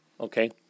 Okay